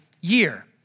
year